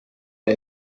der